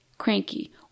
cranky